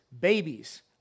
babies